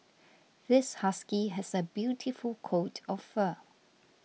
this husky has a beautiful coat of fur